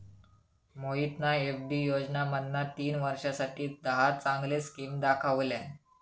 मोहितना एफ.डी योजनांमधना तीन वर्षांसाठी दहा चांगले स्किम दाखवल्यान